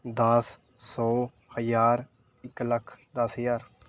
ਦਸ ਸੌ ਹਜ਼ਾਰ ਇੱਕ ਲੱਖ ਦਸ ਹਜ਼ਾਰ